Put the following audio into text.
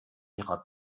ihrer